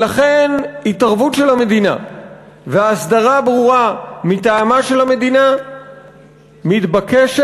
לכן התערבות של המדינה והסדרה ברורה מטעם המדינה מתבקשת,